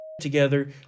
together